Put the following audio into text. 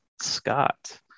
Scott